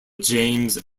james